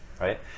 right